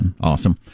Awesome